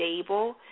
Stable